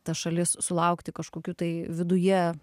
ta šalis sulaukti kažkokių tai viduje